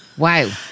Wow